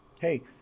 hey